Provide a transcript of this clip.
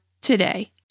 today